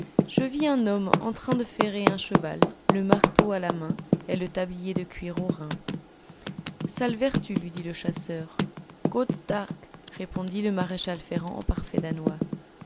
je vis un homme en train de ferrer un cheval le marteau à la main et le tablier de cuir aux reins saelvertu lui dit le chasseur god dag répondit le maréchal ferrant en parfait danois